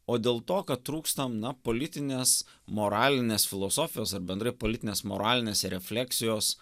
o dėl to kad trūksta na politinės moralinės filosofijos ar bendrai politinės moralinės refleksijos